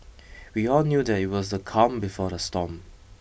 we all knew that it was the calm before the storm